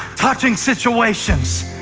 touching situations,